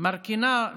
מרכינה,